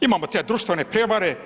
Imamo te društvene prijevare.